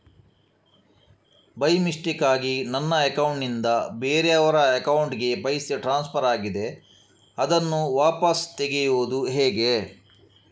By ಮಿಸ್ಟೇಕಾಗಿ ನನ್ನ account ನಿಂದ ಬೇರೆಯವರ ಅಕೌಂಟ್ ಗೆ ಪೈಸೆ ಟ್ರಾನ್ಸ್ಫರ್ ಆಗಿದೆ ಅದನ್ನು ವಾಪಸ್ ತೆಗೆಯೂದು ಹೇಗೆ?